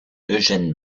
eugène